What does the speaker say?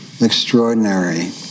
extraordinary